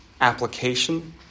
application